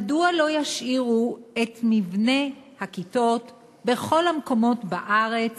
מדוע לא ישאירו את מבנה הכיתות בכל המקומות בארץ